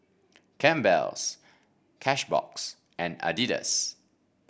Campbell's Cashbox and Adidas